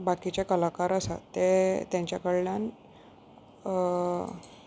बाकीचे कलाकार आसात ते तेंच्या कडल्यान